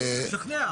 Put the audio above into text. זה לא עניין של לשכנע.